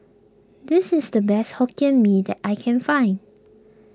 this is the best Hokkien Mee that I can find